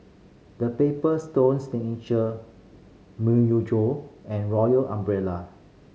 The Paper Stone Myojo and Royal Umbrella